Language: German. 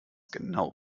genau